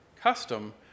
custom